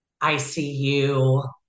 ICU